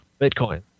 Bitcoin